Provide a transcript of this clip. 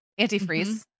antifreeze